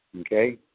Okay